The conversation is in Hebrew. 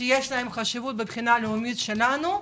שיש להם חשיבות מבחינה לאומית שלנו.